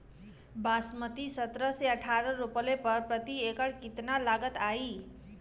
बासमती सत्रह से अठारह रोपले पर प्रति एकड़ कितना लागत अंधेरा?